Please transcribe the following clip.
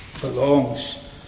belongs